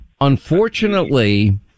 Unfortunately